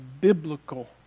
biblical